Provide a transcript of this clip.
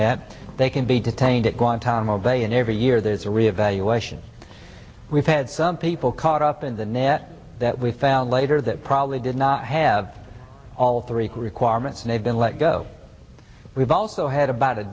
met they can be detained at guantanamo bay and every year there's a reevaluation we've had some people caught up in the net that we found later that probably did not have all three requirements and they've been let go we've also had about a